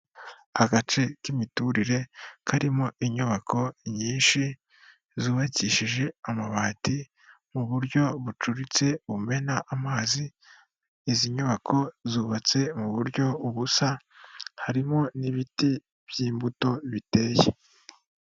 Agace k'imiturire karimo inyubako nyinshi zubakishije amabati mu buryo bucuritse bumena amazi, izi nyubako zubatse mu buryo bubusa harimo n'ibiti by'imbuto biteye.